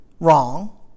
wrong